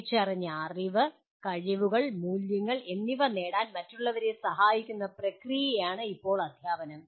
തിരിച്ചറിഞ്ഞ അറിവ് കഴിവുകൾ മൂല്യങ്ങൾ എന്നിവ നേടാൻ മറ്റുള്ളവരെ സഹായിക്കുന്ന പ്രക്രിയയാണ് ഇപ്പോൾ അധ്യാപനം